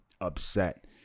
upset